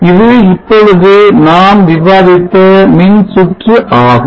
இது இப்பொழுது நாம் விவாதித்த மின்சுற்று ஆகும்